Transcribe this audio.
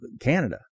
Canada